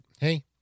hey